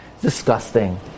Disgusting